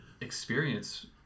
experience